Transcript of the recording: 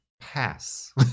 Pass